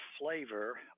flavor